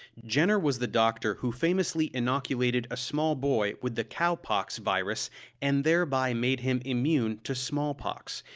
jenner was the doctor who famously inoculated a small boy with the cowpox virus and thereby made him immune to smallpox,